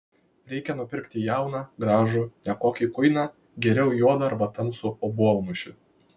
reikia nupirkti jauną gražų ne kokį kuiną geriau juodą arba tamsų obuolmušį